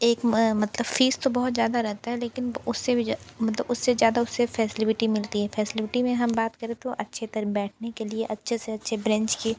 एक मतलब फ़ीस तो बहुत ज़्यादा रहता है लेकिन उससे भी ज मतलब उससे ज़्यादा उससे फैसलिविटी मिलती है फैसलिविटी में हम बात करें तो अच्छे तरह बैठने के लिए अच्छे से अच्छे ब्रेंच की